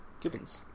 Gibbons